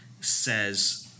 says